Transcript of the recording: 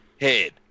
head